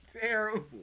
terrible